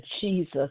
Jesus